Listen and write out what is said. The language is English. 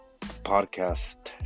podcast